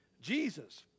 Jesus